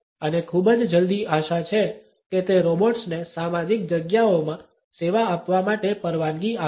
અને ખૂબ જ જલ્દી આશા છે કે તે રોબોટ્સ ને સામાજિક જગ્યાઓમાં સેવા આપવા માટે પરવાનગી આપશે